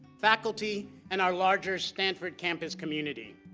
faculty and our larger stanford campus community.